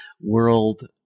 world